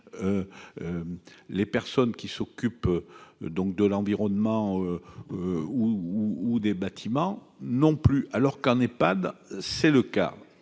les personnes qui s'occupe donc de l'environnement ou des bâtiments non plus, alors qu'en Ephad, c'est le cas